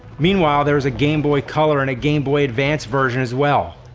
meanwhile there's a game boy color and a game boy advance version as well.